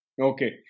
Okay